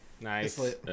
Nice